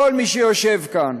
כל מי שיושב כאן.